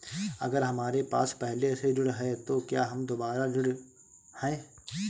अगर हमारे पास पहले से ऋण है तो क्या हम दोबारा ऋण हैं?